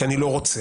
כי אני לא רוצה,